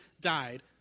died